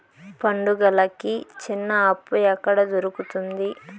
పండుగలకి చిన్న అప్పు ఎక్కడ దొరుకుతుంది